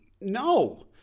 no